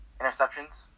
interceptions